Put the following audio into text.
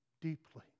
deeply